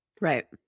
Right